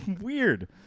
Weird